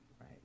right